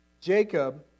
Jacob